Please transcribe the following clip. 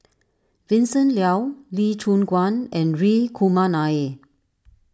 Vincent Leow Lee Choon Guan and Hri Kumar Nair